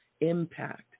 impact